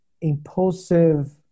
impulsive